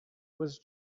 was